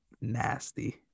nasty